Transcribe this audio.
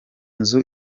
nzu